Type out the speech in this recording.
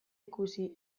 ikusi